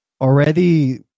already